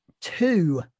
two